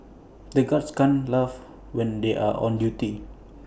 the guards can't laugh when they are on duty